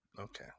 okay